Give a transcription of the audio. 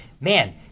man